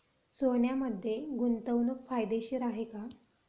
सोन्यामध्ये गुंतवणूक फायदेशीर आहे का?